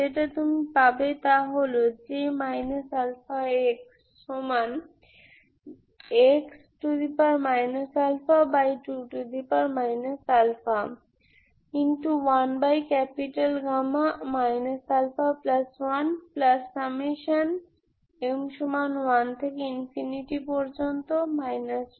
যেটা তুমি পাবে তা হল J α x 2 α 1 α1m1 1mx22m22mm